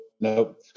nope